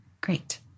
Great